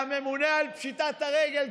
והממונה על פשיטת הרגל,